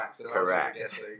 correct